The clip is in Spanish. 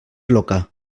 loca